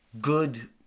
good